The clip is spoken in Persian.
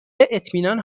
اطمینان